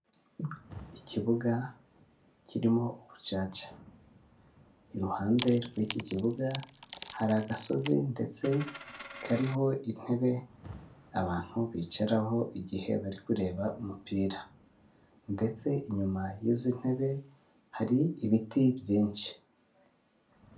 Ikibuga kirimo ubucaca, iruhande rw'iki kibuga hari agasozi ndetse kariho intebe abantu bicaraho igihe bari kureba umupira ndetse inyuma y'izi ntebe hari ibiti byinshi.